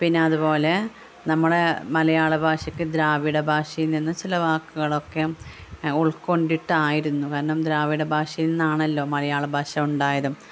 പിന്നെ അതുപോലെ നമ്മുടെ മലയാളഭാഷയ്ക്ക് ദ്രാവിഡ ഭാഷയിൽനിന്ന് ചില വാക്കുകളൊക്കെ ഉൾക്കൊണ്ടിട്ടായിരുന്നു കാരണം ദ്രാവിഡ ഭാഷയിൽ നിന്നാണല്ലൊ മലയാളം ഭാഷ ഉണ്ടായത്